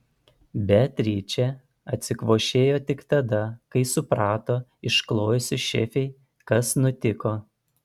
beatričė atsikvošėjo tik tada kai suprato išklojusi šefei kas nutiko